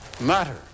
matter